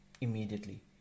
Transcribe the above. immediately